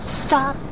stop